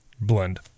blend